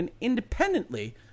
independently